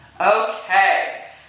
okay